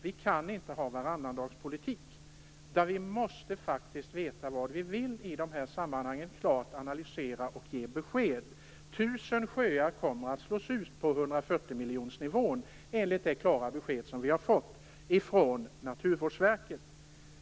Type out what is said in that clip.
Vi kan inte ha en varannandagspolitik, utan vi måste faktiskt veta vad vi vill i de här sammanhangen, klart analysera och ge besked. Tusen sjöar kommer att slås ut på 140 miljonsnivån enligt det klara besked som vi har fått från Naturvårdsverket.